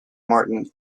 martin